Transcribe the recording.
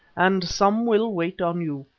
and some will wait on you.